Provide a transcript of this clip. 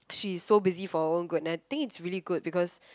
she's so busy for her own good and I think it's really good because